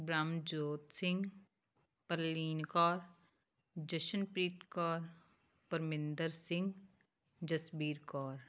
Brahmjot Singh Parleen Kaur Jashanpreet Kaur Parminder Singh Jasbir Kaur